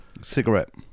cigarette